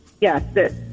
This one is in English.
Yes